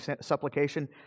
Supplication